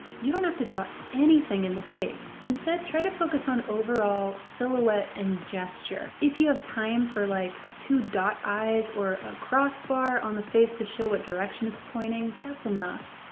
you don't have to draw anything in the face. instead, try to focus on overall silhouette and gesture. if you have time for like, two dot eyes or a crossbar on the face to show what direction it's pointing, that's enough.